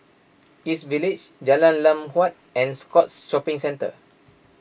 East Village Jalan Lam Huat and Scotts Shopping Centre